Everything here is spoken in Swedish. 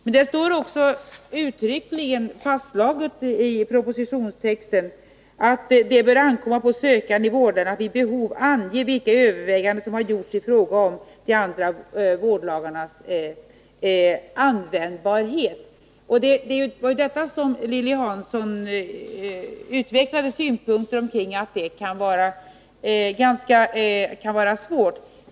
Men det är också uttryckligen fastslaget i 15 december 1981 propositionstexten att det bör ankomma på sökanden att vid behov ange vilka överväganden som gjorts i fråga om de andra vårdlagarnas användbarhet. Det var kring detta som Lilly Hansson utvecklade synpunkter på att det kan vara svårt.